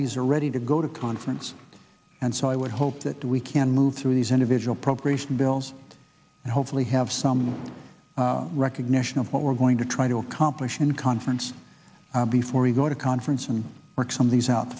these are ready to go to conference and so i would hope that we can move through these individual pro creation bills and hopefully have some recognition of what we're going to try to accomplish in conference before we go to conference and work some of these out